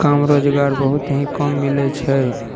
काम रोजगार बहुत हीं कम मिलय छै